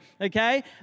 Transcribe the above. okay